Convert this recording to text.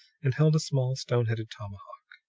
and held a small, stone-headed tomahawk.